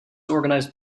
organized